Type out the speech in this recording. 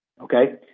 Okay